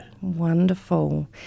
Wonderful